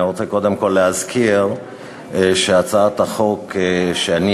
אני רוצה קודם כול להזכיר שהצעת החוק שאני